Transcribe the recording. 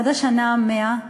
עד השנה ה-100,